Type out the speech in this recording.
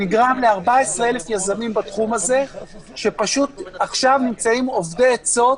14,000 יזמים בתחום הזה הם אובדי עצות,